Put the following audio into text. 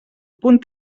punt